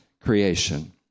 creation